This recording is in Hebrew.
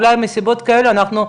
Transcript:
אולי מסיבות כאלה ואחרות,